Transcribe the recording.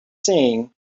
saying